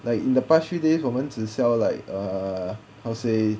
like in the past few days 我们只 sell like uh how say